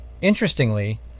Interestingly